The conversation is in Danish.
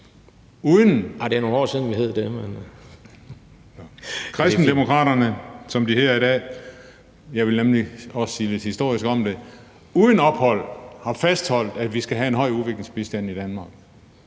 Det er nogle år siden, vi hed det). Kristendemokraterne, som de hedder i dag – jeg vil nemlig også sige lidt historisk om det – har uden ophold fastholdt, at vi skal have en høj udviklingsbistand i Danmark,